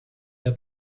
der